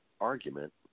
argument